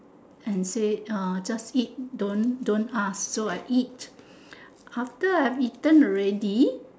and say uh just eat don't don't ask so I eat after I've eaten already